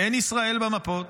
אין ישראל במפות,